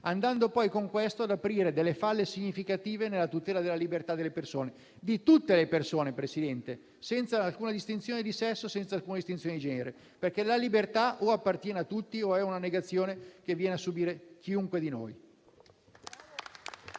andando poi, con ciò, ad aprire falle significative nella tutela della libertà delle persone, di tutte le persone, signor Presidente, senza alcuna distinzione di sesso e di genere. Perché la libertà o appartiene a tutti o è una negazione che va a subire chiunque di noi.